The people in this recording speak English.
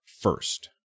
first